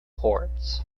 ports